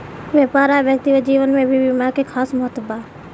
व्यापार आ व्यक्तिगत जीवन में भी बीमा के खास महत्व बा